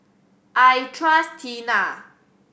I trust Tena